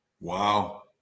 Wow